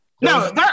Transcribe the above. No